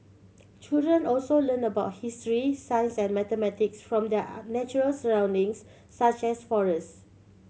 children also learn about history science and mathematics from their natural surroundings such as forests